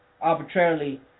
arbitrarily